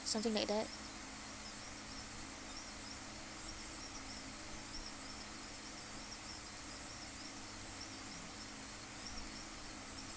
something like that